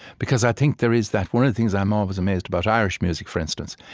because i think there is that. one of the things i'm always amazed about irish music, for instance,